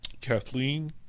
Kathleen